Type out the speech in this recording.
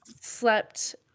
slept